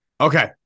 Okay